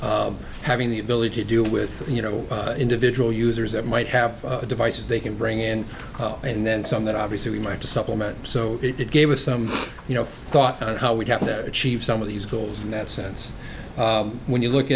having the ability to deal with you know individual users that might have devices they can bring in and then some that obviously we might to supplement so it gave us some you know thought on how we have to achieve some of these goals in that sense when you look